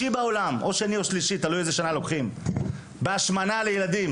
או שלישי בעולם תלוי באיזו שנה בהשמנה של ילדים.